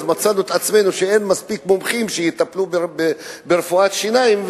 מצאנו את עצמנו שאין מספיק מומחים שיטפלו ברפואת שיניים,